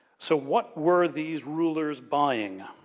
so, what were these rulers buying?